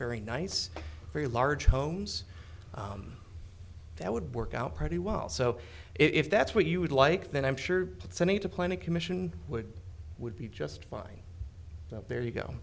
very nice very large homes that would work out pretty well so if that's what you would like then i'm sure it's a need to plan a commission would would be just fine so there you go